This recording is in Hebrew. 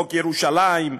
חוק ירושלים,